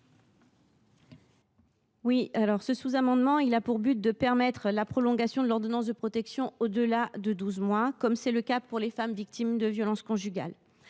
Naminzo. Ce sous amendement vise à permettre la prolongation de l’ordonnance de protection au delà de douze mois, comme c’est le cas pour les femmes victimes de violences conjugales.